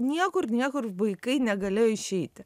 niekur niekur vaikai negalėjo išeiti